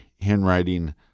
handwriting